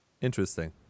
interesting